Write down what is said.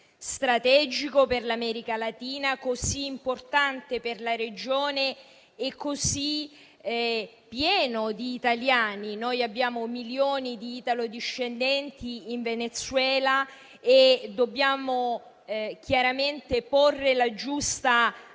strategico per l'America Latina, così importante per la regione e così pieno di italiani: abbiamo milioni di italo-discendenti in Venezuela e dobbiamo porre la giusta attenzione